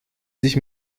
sich